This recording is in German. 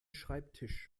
schreibtisch